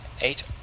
eight